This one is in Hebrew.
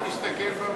אל תסתכל במראה.